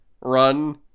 Run